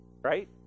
Right